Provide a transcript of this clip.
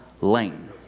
lane